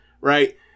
right